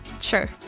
Sure